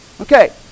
Okay